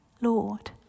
Lord